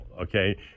Okay